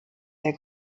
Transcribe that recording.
der